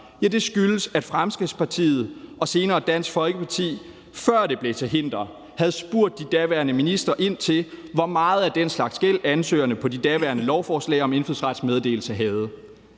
indfødsret, er, at Fremskridtspartiet og senere Dansk Folkeparti, før det blev til hinder, havde spurgt de daværende ministre ind til, hvor meget af den slags gæld ansøgerne på de daværende lovforslag om indfødsrets meddelelse havde.